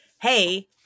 hey